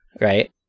right